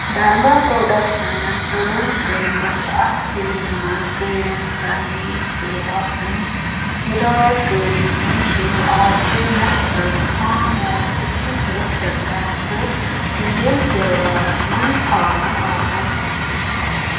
درما پروڈکشَنَن پرٛوڈوٗس کٔرمٕژ اَتھ فِلمہِ منٛز گٔیہِ رِنسَل ڈِی سِلوا سٕنٛدِ ہِدایَت کٲری ہٕنٛز شروٗعات تہٕ یتھ منٛز خان اوس أکِس دَہشَت گَردٕ سٕنٛدِس کِردارَس منٛز ہاونہٕ آمُت